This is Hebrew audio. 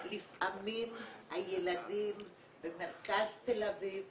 לפעמים הילדים במרכז תל אביב,